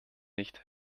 nicht